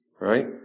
Right